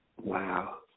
Wow